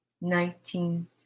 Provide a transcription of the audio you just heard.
nineteen